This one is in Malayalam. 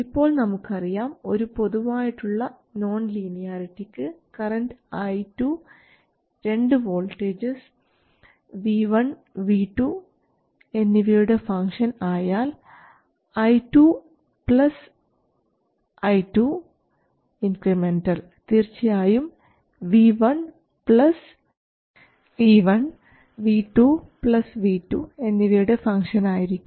ഇപ്പോൾ നമുക്കറിയാം ഒരു പൊതുവായുള്ള നോൺ ലീനിയാരിറ്റിക്ക് കറൻറ് I2 രണ്ട് വോൾട്ടേജസ് V1 V2 എന്നിവയുടെ ഫംഗ്ഷൻ ആയാൽ I2 i2 ഇൻക്രിമെൻറൽ തീർച്ചയായും V1 v1 V1 ലെ ഇൻക്രിമെൻറ് V2 v2 V2 ലെ ഇൻക്രിമെൻറ് എന്നിവയുടെ ഫംഗ്ഷൻ ആയിരിക്കും